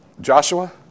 Joshua